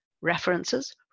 references